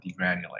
degranulate